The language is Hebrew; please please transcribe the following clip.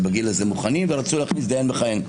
ורצו להכניס דיין מכהן.